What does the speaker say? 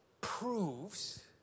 proves